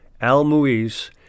al-Muiz